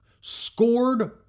scored